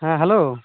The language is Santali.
ᱦᱮᱸ ᱦᱮᱞᱳ